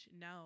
no